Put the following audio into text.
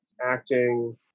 acting